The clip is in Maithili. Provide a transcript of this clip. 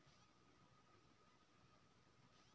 पिछला महीना के स्टेटमेंट केना मिलते?